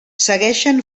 segueixen